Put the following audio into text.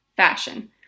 fashion